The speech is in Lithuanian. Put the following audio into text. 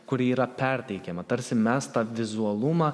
kuri yra perteikiama tarsi mes tą vizualumą